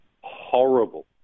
horrible